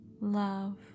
Love